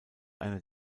einer